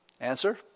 Answer